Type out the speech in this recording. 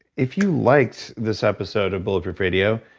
if you liked this episode of bulletproof radio,